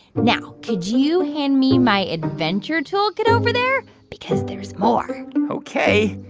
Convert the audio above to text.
now could you hand me my adventure toolkit over there? because there's more ok.